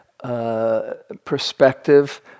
Perspective